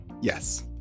Yes